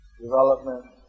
development